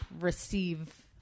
receive